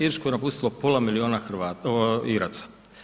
Irsku je napustilo pola milijuna Iraca.